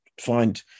find